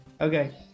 Okay